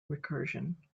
recursion